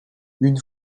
une